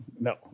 No